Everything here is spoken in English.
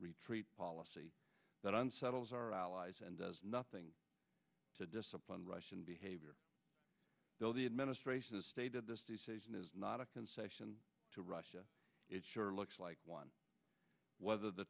retreat policy that unsettles our allies and does nothing to discipline russian behavior though the administration has stated this is not a concession to russia it sure looks like one whether the